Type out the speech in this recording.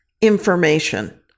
information